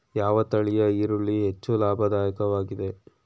ಯಾವ ತಳಿಯ ಈರುಳ್ಳಿ ಹೆಚ್ಚು ಲಾಭದಾಯಕವಾಗಿದೆ?